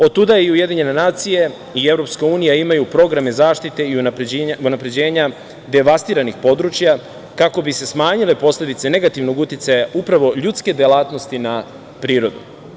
Otuda i UN i EU imaju programe zaštite i unapređenja devastiranih područja, kako bi se smanjile posledice negativnog uticaja upravo ljudske delatnosti na prirodu.